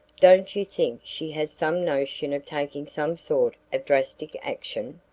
don't you think she has some notion of taking some sort of drastic action?